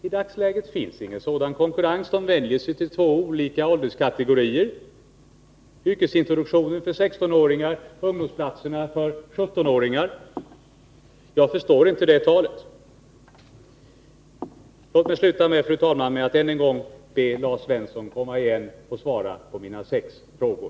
I dagsläget finns ingen sådan konkurrens — verksamheterna vänder sig till olika ålderskategorier: yrkesintroduktionen till 16-åringar och ungdomsplatserna till 17-åringar. Jag förstår inte det talet. Låt mig sluta med, fru talman, att än en gång be Lars Svensson komma igen och svara på mina sex frågor.